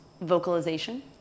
vocalization